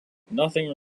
nothing